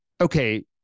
okay